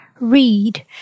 Read